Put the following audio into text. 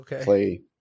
play